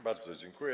Bardzo dziękuję.